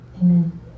amen